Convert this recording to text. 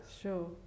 Sure